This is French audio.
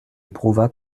éprouva